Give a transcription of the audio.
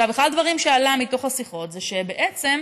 אחד הדברים שעלו מתוך השיחות זה שבעצם,